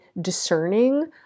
discerning